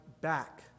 back